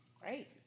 Great